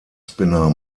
spinner